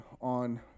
on